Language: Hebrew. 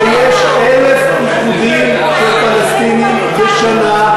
שיש 1,000 איחודים של פלסטינים בשנה,